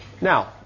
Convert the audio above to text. now